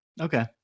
okay